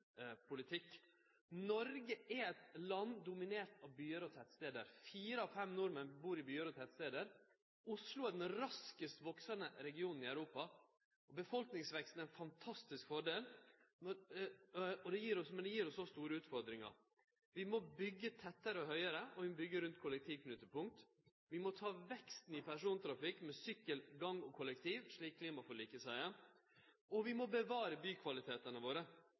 politikk. Noreg er eit land dominert av byar og tettstader. Fire av fem nordmenn bur i byar og tettstader. Oslo er den raskast voksande regionen i Europa. Befolkningsveksten er ein fantastisk fordel, men det gir oss òg store utfordringar. Vi må byggje tettare og høgare, og vi må byggje rundt kollektivknutepunkt. Vi må ha vekst i persontrafikk med sykkel, gange og kollektiv, slik klimaforliket seier, og vi må bevare bykvalitetane våre,